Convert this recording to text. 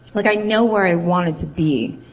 like i know where i wanted to be.